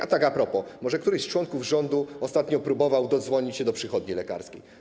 A tak a propos: może któryś z członków rządu ostatnio próbował dodzwonić się do przychodni lekarskiej?